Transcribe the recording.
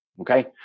Okay